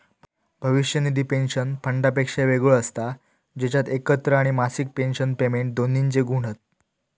भविष्य निधी पेंशन फंडापेक्षा वेगळो असता जेच्यात एकत्र आणि मासिक पेंशन पेमेंट दोन्हिंचे गुण हत